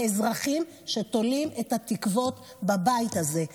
לאזרחים שתולים את התקוות בבית הזה.